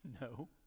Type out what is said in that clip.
No